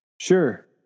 Sure